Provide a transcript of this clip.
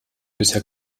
bisher